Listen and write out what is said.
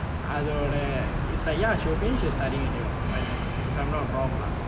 I don't know like it's like ya she will finish her studying already [what] by then if I'm not wrong lah